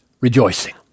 rejoicing